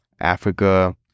Africa